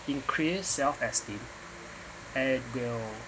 increased self esteem and will